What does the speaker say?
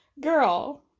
girl